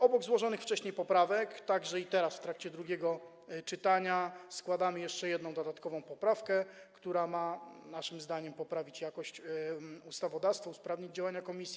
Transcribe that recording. Obok złożonych wcześniej poprawek także teraz, w trakcie drugiego czytania, składamy jeszcze jedną, dodatkową poprawkę, która ma, naszym zdaniem, poprawić jakość ustawodawstwa, usprawnić działania komisji.